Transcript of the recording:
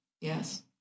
yes